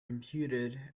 computed